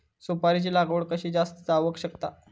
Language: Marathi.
सुपारीची लागवड कशी जास्त जावक शकता?